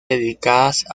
dedicadas